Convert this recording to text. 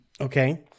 Okay